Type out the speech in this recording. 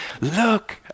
Look